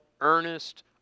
earnest